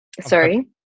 sorry